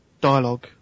dialogue